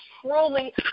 truly